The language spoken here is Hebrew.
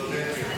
צודקת.